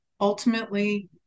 ultimately